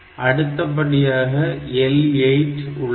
அடுத்தபடியாக L8 உள்ளது